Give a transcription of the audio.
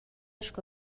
sco